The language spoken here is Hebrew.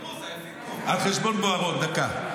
על חשבון בוארון דקה,